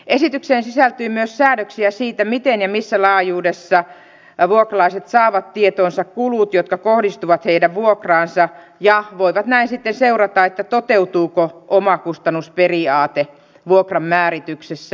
esitykseen sisältyy myös säädöksiä siitä miten ja missä laajuudessa vuokralaiset saavat tietoonsa kulut jotka kohdistuvat heidän vuokraansa ja voivat näin sitten seurata toteutuuko omakustannusperiaate vuokranmäärityksessä